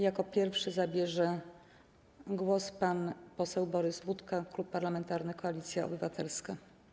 Jako pierwszy zabierze głos pan poseł Borys Budka, Klub Parlamentarny Koalicja Obywatelska.